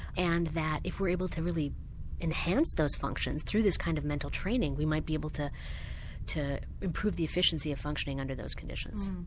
and if we're able to really enhance those functions through this kind of mental training we might be able to to improve the efficiency of functioning under those conditions.